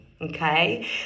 Okay